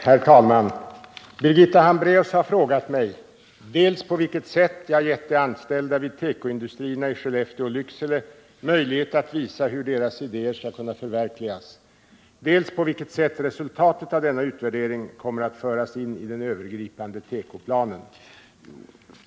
Herr talman! Birgitta Hambraeus har frågat mig dels på vilket sätt jag har gett de anställda vid tekoindustrierna i Skellefteå och Lycksele möjlighet att visa hur deras idéer skulle kunna förverkligas, dels på vilket sätt resultatet av denna utvärdering kommer att föras in i den övergripande tekoplanen.